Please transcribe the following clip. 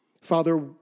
Father